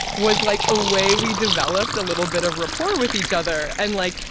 was like a way we developed a little bit of rapport with each other. and like,